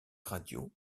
radio